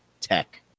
tech